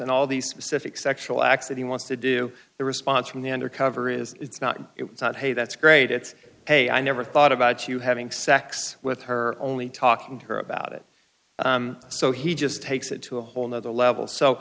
and all these specific sexual acts that he wants to do the response from the undercover is it's not it's not hey that's great it's ok i never thought about you having sex with her only talking to her about it so he just takes it to a whole nother level so